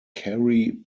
kerry